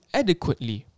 adequately